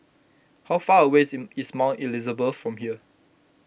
how far a ways in is Mount Elizabeth from here